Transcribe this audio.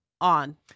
on